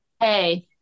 Hey